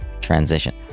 transition